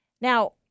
Now